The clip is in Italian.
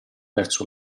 verso